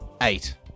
eight